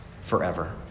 forever